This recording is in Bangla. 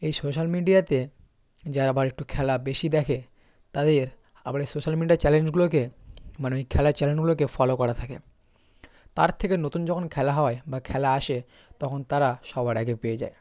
এই সোশ্যাল মিডিয়াতে যারা আবার একটু খেলা বেশি দেখে তাদের আবার এই সোশ্যাল মিডিয়ার চ্যালেঞ্জগুলোকে মানে ওই খেলার চ্যানেলগুলোকে ফলো করা থাকে তার থেকে নতুন যখন খেলা হয় বা খেলা আসে তখন তারা সবার আগে পেয়ে যায়